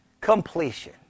Completion